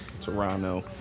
Toronto